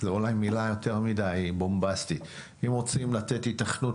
זאת אולי מילה יותר מדי בומבסית - ולתת היתכנות